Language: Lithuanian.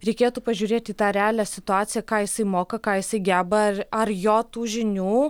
reikėtų pažiūrėt į tą realią situaciją ką jisai moka ką jisai geba ar ar jo tų žinių